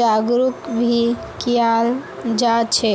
जागरूक भी कियाल जा छे